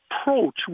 approach